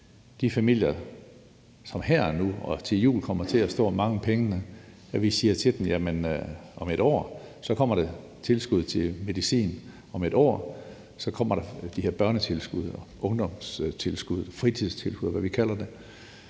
de familier, som her og nu og til jul kommer til at stå og mangle pengene, at om et år kommer der tilskud til medicin, om et år kommer der det her børnetilskud, ungdoms tilskud, fritidstilskud, eller hvad vi kalder det.